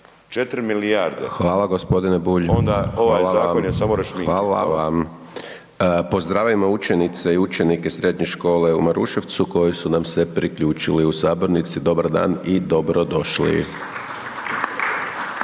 radi šmike. **Hajdaš Dončić, Siniša (SDP)** Pozdravimo učenice i učenike Srednje škole u Maruševcu koji su nam se priključili u sabornici, dobar dan i dobro došli.